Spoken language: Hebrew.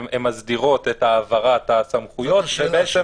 הן מסדירות את העברת הסמכויות -- השאלה